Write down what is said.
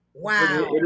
Wow